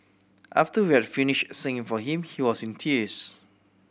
after we had finished singing for him he was in tears